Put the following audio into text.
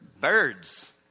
birds